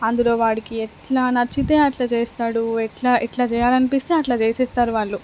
అందులో వాడికి ఎట్లా నచ్చితే అట్లా చేస్తాడు ఎట్లా ఎట్లా చేయాలి అనిపిస్తే అట్లా చేసేస్తారు వాళ్ళు